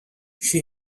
she